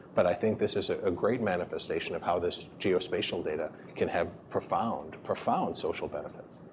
but i think this is it a great manifestation of how this geo-spatial data can have profound, profound social benefits.